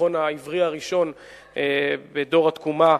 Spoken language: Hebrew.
התיכון העברי הראשון בדור התקומה,